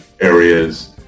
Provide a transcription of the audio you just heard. areas